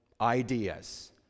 ideas